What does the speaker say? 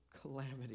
calamity